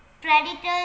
predators